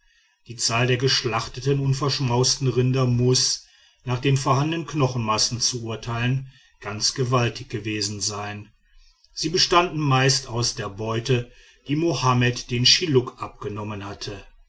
die zahl der geschlachteten und verschmausten rinder muß nach den vorhandenen knochenmassen zu urteilen ganz gewaltig gewesen sein sie bestanden meist aus der beute die mohammed den schilluk abgenommen hatte